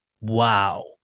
wow